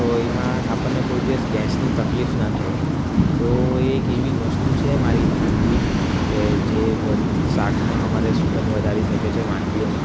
તો એમાં આપણને કોઈ દિવસ ગેસની તકલીફ ના થાય તો એ એક એવી વસ્તુ છે મારી ખાનગી કે જે વધ શાકમાં અમારે સુંગધ વધારી શકે છે વાનગીઓમાં